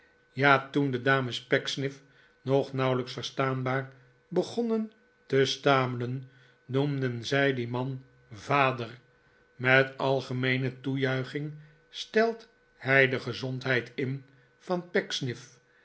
ja toen de dames pecksniff nog nauwelijks verstaanbaar begonnen te stamelen noemden zij dien man vader met algemeene toejuiching stelt hij de gezondheid in van